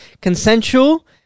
Consensual